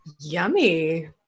Yummy